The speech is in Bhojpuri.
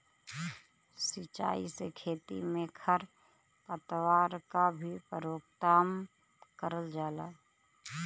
सिंचाई से खेती में खर पतवार क भी रोकथाम करल जाला